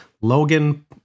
Logan